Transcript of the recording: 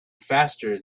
faster